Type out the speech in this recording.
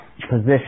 position